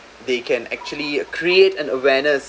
they can actually create an awareness